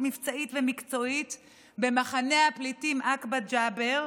מבצעית ומקצועית במחנה הפליטים עקבת ג'בר,